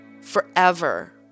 forever